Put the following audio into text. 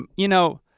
um you know.